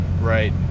right